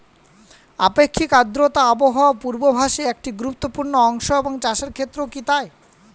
আপেক্ষিক আর্দ্রতা আবহাওয়া পূর্বভাসে একটি গুরুত্বপূর্ণ অংশ এবং চাষের ক্ষেত্রেও কি তাই?